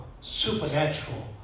supernatural